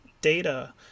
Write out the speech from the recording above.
data